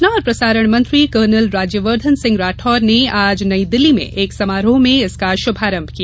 सूचना और प्रसारण मंत्री कर्नल राज्यवर्धन सिंह राठौड़ ने आज नई दिल्ली में एक समारोह में इसका शुभारंभ किया